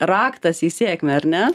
raktas į sėkmę ar ne